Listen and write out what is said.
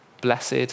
Blessed